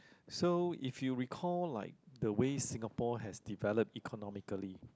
so if you recall like the way Singapore has develop economically